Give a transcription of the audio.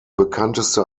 bekannteste